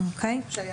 שהיה